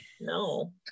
no